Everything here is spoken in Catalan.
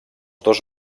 dos